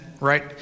right